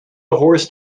horse